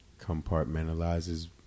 compartmentalizes